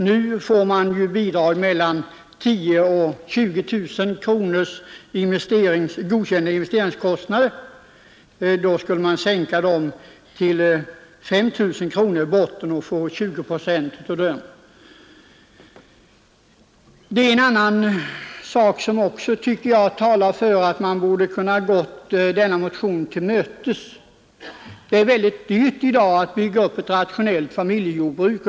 Nu får man bidrag med 25 procent av godkända investeringskostnader mellan 10 000 och 20000 kronor. Enligt vårt En annan sak som talar för att man borde gå denna motion till mötes är att det är dyrt att bygga upp ett rationellt familjejordbruk.